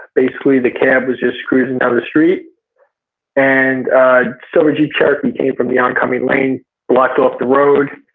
basically the cab was just cruising down the street and a silver jeep cherokee came from the oncoming lane blocked off the road.